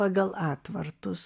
pagal atvartus